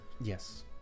Yes